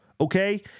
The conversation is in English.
okay